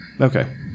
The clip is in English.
Okay